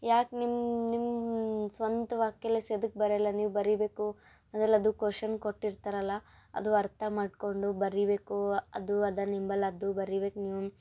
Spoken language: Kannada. ಯಾಕೆ ನಿಮ್ಮ ನಿಮ್ಮ ಸ್ವಂತ ವಾಕ್ಯಲ್ಲಿ ಸೆದಕ್ ಬರೆಯಲ್ಲ ನೀವು ಬರಿಬೇಕು ಅದ್ರಲ್ಲಿ ಅದು ಕೊಷನ್ ಕೊಟ್ಟಿರ್ತಾರಲ್ಲ ಅದು ಅರ್ಥ ಮಾಡಿಕೊಂಡು ಬರಿಬೇಕು ಅದು ಅದನ್ನು ನಿಂಬಲ್ಲಿ ಅದು ಬರಿಬೇಕು ನೀವು